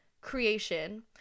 creation